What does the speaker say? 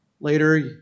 Later